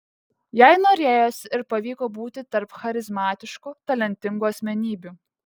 jai norėjosi ir pavyko būti tarp charizmatiškų talentingų asmenybių